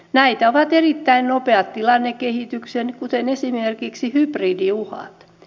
näitä ovat erittäin nopeat tilannekehitykset kuten esimerkiksi hybridiuhat